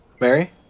Mary